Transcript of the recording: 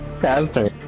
Faster